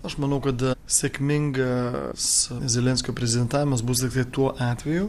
aš manau kad sėkmingas zelenskio prezidentavimas bus tiktai tuo atveju